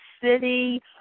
city